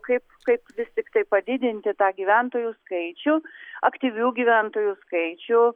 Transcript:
kaip kaip vis tiktai padidinti tą gyventojų skaičių aktyvių gyventojų skaičių